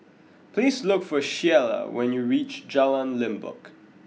please look for Shiela when you reach Jalan Limbok